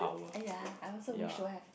!aiya! I also wish to have